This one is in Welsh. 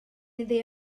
iddi